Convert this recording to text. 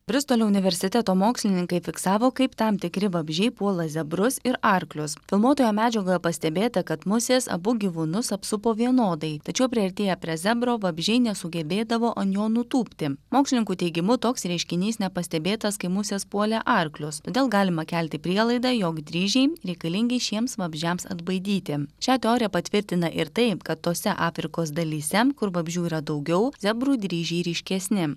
bristolio universiteto mokslininkai fiksavo kaip tam tikri vabzdžiai puola zebrus ir arklius filmuotoje medžiagoje pastebėta kad musės abu gyvūnus apsupo vienodai tačiau priartėję prie zebro vabzdžiai nesugebėdavo an jo nutūpti mokslininkų teigimu toks reiškinys nepastebėtas kai musės puolė arklius todėl galima kelti prielaidą jog dryžiai reikalingi šiems vabzdžiams atbaidyti šią teoriją patvirtina ir taip kad tose afrikos dalyse kur vabzdžių yra daugiau zebrų dryžiai ryškesni